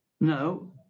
no